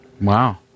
Wow